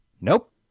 Nope